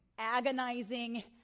agonizing